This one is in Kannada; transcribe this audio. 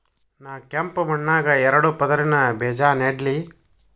ನಾ ಕೆಂಪ್ ಮಣ್ಣಾಗ ಎರಡು ಪದರಿನ ಬೇಜಾ ನೆಡ್ಲಿ?